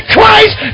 Christ